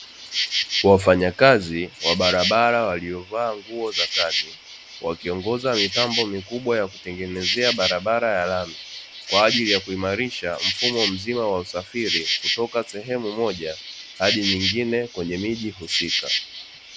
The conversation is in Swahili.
Wafanyakazi wa barabara waliovaa nguo za kazi. Wakiongoza mitambo mikubwa ya kutengenezea barabara ya lami, kwa ajili ya kuimarisha mfumo mzima wa usafiri kutoka sehemu moja hadi nyingine kwenye miji husika.